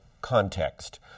context